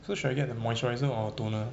so should I get the moisturiser or toner